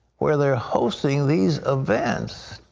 where they are hosting these events,